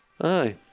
Aye